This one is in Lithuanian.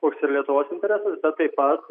koks ir lietuvos interesas bet taip pat